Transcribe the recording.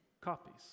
copies